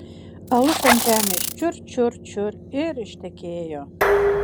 alus ant žemės čiur čiur čiur ir ištekėjo